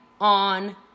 on